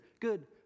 Good